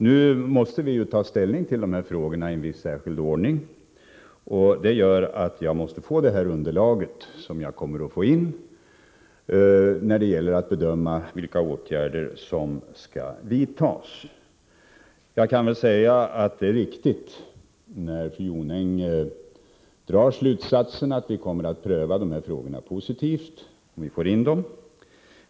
Nu måste vi ta ställning till frågorna i särskild ordning, och först måste jag få in underlaget för att kunna bedöma vilka åtgärder som skall vidtas. Gunnel Jonäng har rätt när hon drar slutsatsen att vi kommer att pröva frågorna positivt.